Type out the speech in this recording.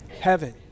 heaven